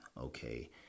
okay